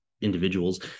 individuals